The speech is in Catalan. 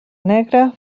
negra